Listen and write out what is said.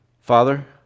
Father